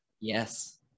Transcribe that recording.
Yes